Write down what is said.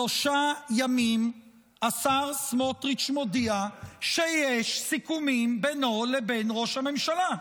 שלושה ימים השר סמוטריץ' מודיע שיש סיכומים בינו לבין ראש הממשלה.